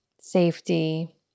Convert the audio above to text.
safety